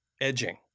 edging